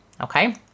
Okay